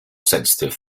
sensitive